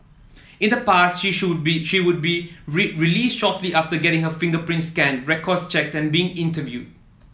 in the past she should be she would be released shortly after getting her fingerprints scanned records checked and being interviewed